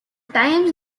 times